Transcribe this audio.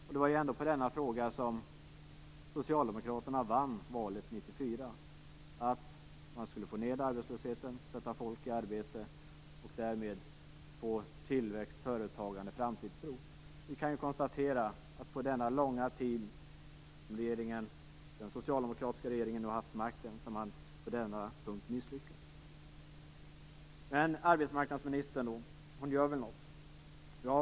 Och det var ändå på den frågan Socialdemokraterna vann valet 1994: Man skulle få ned arbetslösheten, sätta folk i arbete och därmed åstadkomma tillväxt, företagande, framtidstro. Vi kan konstatera att den socialdemokratiska regeringen har misslyckats på denna punkt under den långa tid som man har haft makten hittills. Men arbetsmarknadsministern gör väl något?